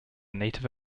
native